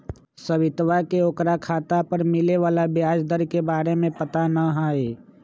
सवितवा के ओकरा खाता पर मिले वाला ब्याज दर के बारे में पता ना हई